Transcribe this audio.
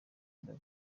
ingabo